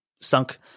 sunk